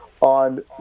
on